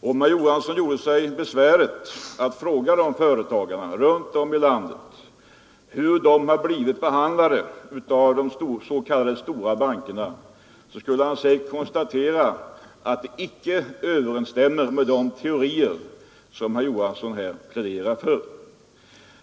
Om herr Johansson gjorde sig besväret att fråga de företagarna runt om i landet hur de blivit behandlade av de s.k. stora bankerna skulle han säkert kunna konstatera att de svaren icke överensstämmer med de teorier han pläderar för.